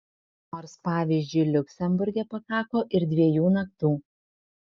nors pavyzdžiui liuksemburge pakako ir dviejų naktų